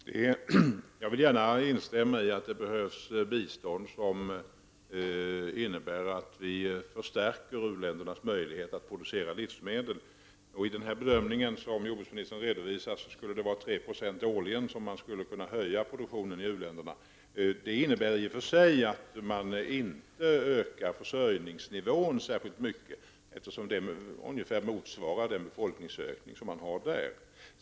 Herr talman! Jag vill gärna instämma i att det behövs bistånd som innebär en förstärkning av u-ländernas möjligheter att producera livsmedel. I den bedömning som jordbruksministern redovisar kan produktionen höjas 3 20 årligen i u-länderna. Det innebär i och för sig inte att man ökar försörjningsnivån särskilt mycket eftersom det ungefär motsvarar befolkningsökningen.